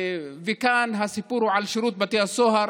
וכאן הסיפור הוא שירות בתי הסוהר.